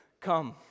come